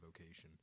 vocation